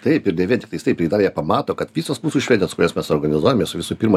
taip ir ne vien tiktais taip jie dar ir pamato kad visos mūsų šventės kurias mes organizuojame jos visų pirma